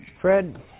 Fred